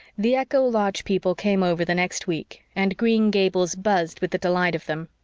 the echo lodge people came over the next week, and green gables buzzed with the delight of them.